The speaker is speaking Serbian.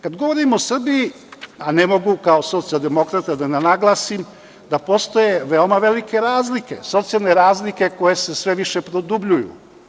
Kad govorimo o Srbiji, ne mogu kao socijaldemokrata da ne naglasim da postoje veoma velike razlike, socijalne razlike koje se sve više produbljuju.